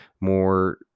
more